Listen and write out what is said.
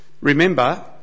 Remember